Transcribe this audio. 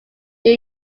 new